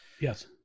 Yes